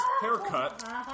haircut